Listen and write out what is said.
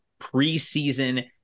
preseason